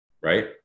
right